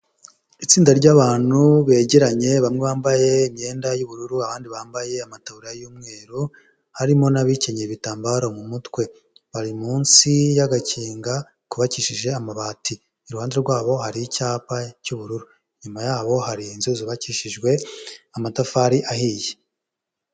Itsinda ry'abantu begeranye bamwe bambaye imyenda y'ubururu abandi bambaye amataburiya y'umweru harimo n'abikenyeye ibitambaro mu mutwe, bari munsi y'agakinga kubakishije amabati, iruhande rwabo hari icyapa cy'ubururu, inyuma yabo hari inzu zubakishijwe amatafari ahiye.